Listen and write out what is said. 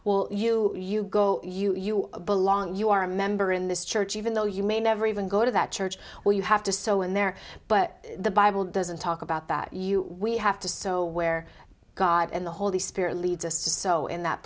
well you you go you you belong you are a member in this church even though you may never even go to that church where you have to so and there but the bible doesn't talk about that you we have to so where god and the holy spirit leads us to so in that